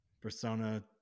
Persona